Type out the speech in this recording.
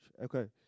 Okay